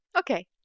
Okay